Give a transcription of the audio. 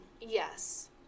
Yes